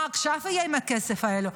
מה יהיה עכשיו עם הכספים האלו?